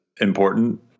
important